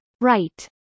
Right